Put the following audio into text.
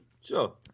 Sure